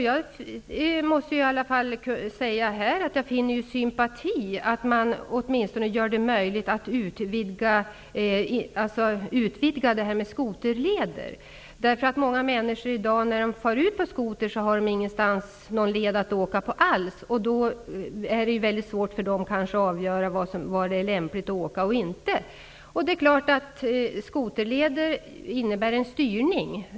Jag måste i alla fall säga här att jag finner det sympatiskt att göra det möjligt att utvidga beståndet av skoterleder. Som det är i dag har många människor inte någon led att åka på alls, och då är det ju väldigt svårt för dem att avgöra var det är lämpligt eller olämpligt att åka. Det är klart att skoterleder innebär en styrning.